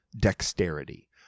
dexterity